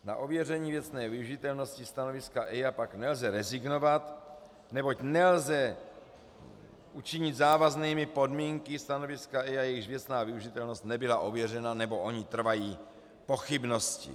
Na ověření věcné využitelnosti stanoviska EIA pak nelze rezignovat, neboť nelze učinit závaznými podmínky stanoviska EIA, jejichž věcná využitelnost nebyla ověřena nebo o nich trvají pochybnosti.